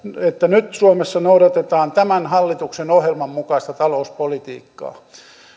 että nyt suomessa noudatetaan tämän hallituksen ohjelman mukaista talouspolitiikkaa